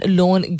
loan